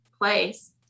place